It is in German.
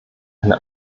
eine